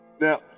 Now